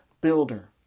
builder